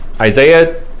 Isaiah